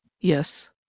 yes